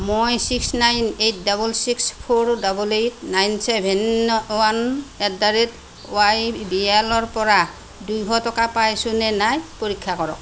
মই six nine eight double six four double eight nine seven one at the rate Y B L ৰ পৰা দুইশ টকা পাইছোনে নাই পৰীক্ষা কৰক